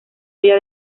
olla